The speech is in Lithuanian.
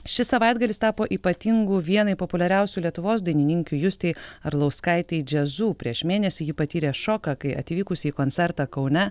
šis savaitgalis tapo ypatingu vienai populiariausių lietuvos dainininkių justei arlauskaitei jazzu prieš mėnesį ji patyrė šoką kai atvykusi į koncertą kaune